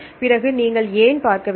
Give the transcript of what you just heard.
பிறகு நீங்கள் ஏன் பார்க்க வேண்டும்